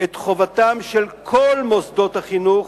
את חובתם של כל מוסדות החינוך,